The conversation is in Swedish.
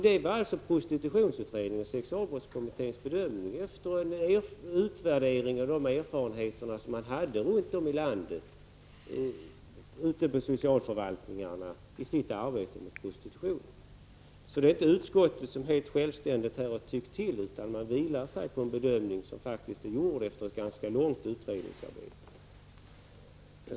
Det var alltså prostitutionsutredningens och sexualbrottskommitténs bedömning efter en utvärdering och efter erfarenheterna från socialförvaltningarnas arbete med prostitution runt om i landet. Så det är inte utskottet helt självständigt som har tyckt till, utan man stöder sig på en bedömning som faktiskt gjorts efter ett ganska långt utredningsarbete.